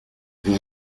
vous